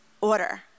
order